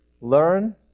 learn